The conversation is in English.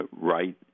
right